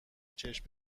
چشم